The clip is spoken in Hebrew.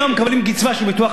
2,500 שקל.